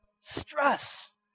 stress